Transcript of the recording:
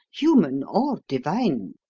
human or divine,